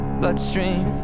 bloodstream